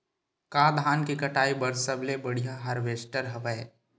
का धान के कटाई बर सबले बढ़िया हारवेस्टर हवय?